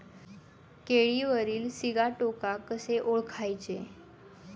केळीवरील सिगाटोका कसे ओळखायचे?